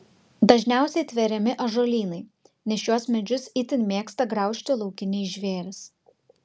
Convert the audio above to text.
dažniausiai tveriami ąžuolynai nes šiuos medžius itin mėgsta graužti laukiniai žvėrys